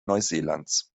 neuseelands